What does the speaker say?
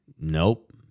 Nope